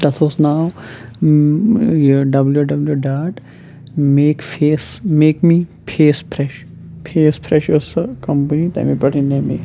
تَتھ اوس ناو یہِ W W dot make face make me face fresh face fresh ٲس سۄ کَمپٔنی تَمی پٮ۪ٹھ اَنے مےٚ